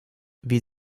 wie